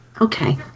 Okay